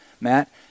Matt